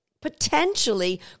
potentially